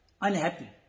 unhappy